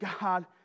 God